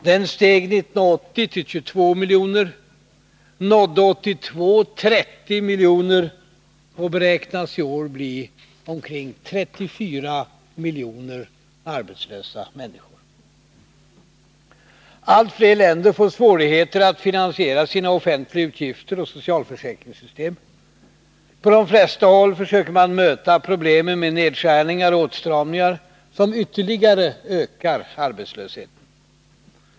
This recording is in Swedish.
Den steg 1980 till 22 miljoner, nådde 1982 30 miljoner och beräknas i år bli omkring 34 miljoner människor. Allt fler länder får svårigheter att finansiera sina offentliga utgifter och socialförsäkringssystem. På de flesta håll försöker man möta problemen med nedskärningar och åtstramningar som ytterligare ökar arbetslösheten.